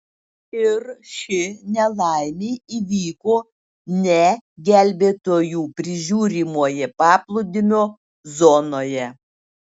ir ši nelaimė įvyko ne gelbėtojų prižiūrimoje paplūdimio zonoje